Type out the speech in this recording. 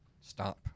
stop